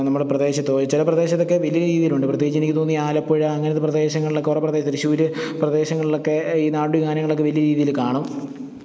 നമ്മുടെ പ്രദേശത്ത് പോയി ചില പ്രദേശത്തൊക്കെ വലിയ രീതിയിലുണ്ട് പ്രത്യേകിച്ചെനിക്ക് തോന്നിയ ആലപ്പുഴ അങ്ങനത്തെ പ്രദേശങ്ങളിലൊക്കെ കുറെ പ്രദേശം തൃശ്ശൂർ പ്രദേശങ്ങളിലൊക്കെ ഈ നാടോടി ഗാനങ്ങളൊക്കെ വലിയ രീതിയിൽ കാണും